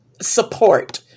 support